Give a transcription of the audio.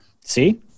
see